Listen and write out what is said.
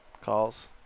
Calls